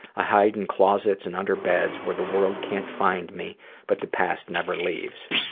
i hide in closets and under beds where the world can't find me but the past never leaves.